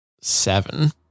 seven